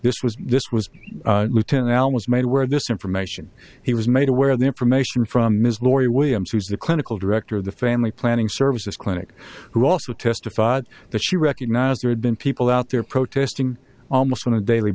this was this was newton al was made aware of this information he was made aware of the information from ms laurie williams who's the clinical director of the family planning services clinic who also testified that she recognized there had been people out there protesting almost on a daily